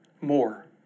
more